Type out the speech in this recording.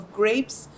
grapes